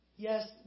yes